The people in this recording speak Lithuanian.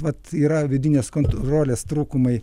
vat yra vidinės kontrolės trūkumai